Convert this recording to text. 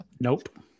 Nope